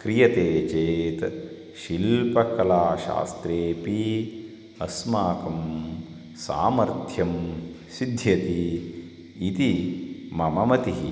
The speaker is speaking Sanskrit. क्रियते चेत् शिल्पकलाशास्त्रेऽपि अस्माकं सामर्थ्यं सिद्ध्यति इति मम मतिः